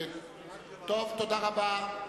תודה רבה.